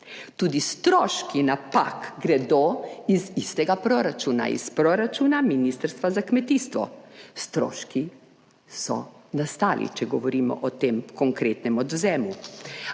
Tudi stroški napak gredo iz istega proračuna, iz proračuna Ministrstva za kmetijstvo. Stroški so nastali, če govorimo o tem konkretnem odvzemu.